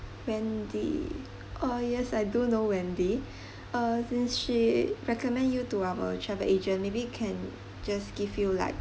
wendy oh yes I do know wendy uh since she recommend you to our travel agent maybe can just give you like